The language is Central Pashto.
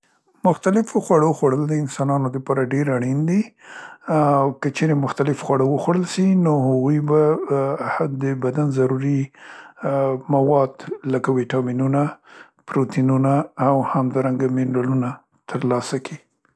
مختلفو خوړو خوړل د انسانو لپاره ډير اړین دي او که چیرې مختلف خواړه وخوړل سي نو هغوی به هه د بدن ضروري مواد لکه ویتامینونه، پروتینونه او همدارنګه منرالونه تر لاسه کي.